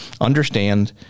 understand